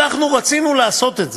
אנחנו רצינו לעשות את זה.